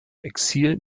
exil